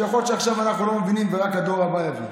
שיכול להיות שעכשיו אנחנו לא מבינים ורק הדור הבא יבין,